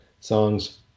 songs